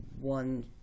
one